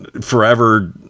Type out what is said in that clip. forever